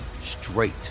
straight